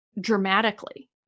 dramatically